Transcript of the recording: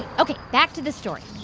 ok. back to the story